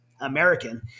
American